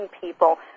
people